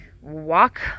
walk